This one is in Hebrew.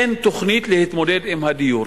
אין תוכנית להתמודד עם בעיית הדיור.